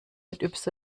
mit